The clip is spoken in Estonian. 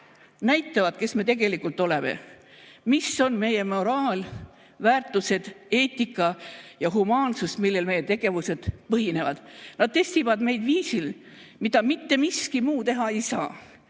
näitavad, kes me tegelikult oleme, mis on meie moraal, väärtused, eetika ja humaansus, millel meie tegevused põhinevad. Nad testivad meid viisil, mida mitte miski muu teha ei saa.